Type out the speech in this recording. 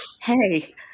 hey